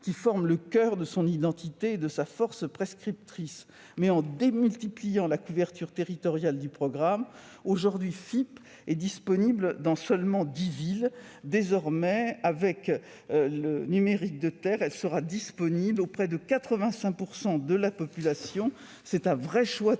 qui forme le coeur de son identité, de sa force prescriptrice, tout en démultipliant la couverture territoriale du programme. Aujourd'hui, Fip est disponible dans seulement dix villes. Désormais, avec le numérique terrestre, elle sera disponible auprès de 85 % de la population. C'est un vrai choix territorial.